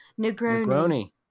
Negroni